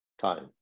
time